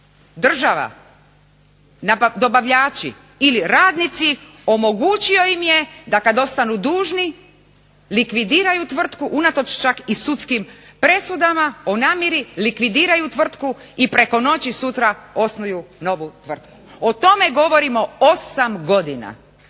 država, dobavljači ili radnici omogućio im je da kad ostanu dužni likvidiraju tvrtki unatoč čak i sudskim presudama o namjeri, likvidiraju tvrtku i preko noći sutra osnuju novu tvrtku. O tome govorimo osam godina.